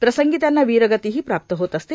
प्रसंगी त्यांना वीरगतीही प्राप्त होत असते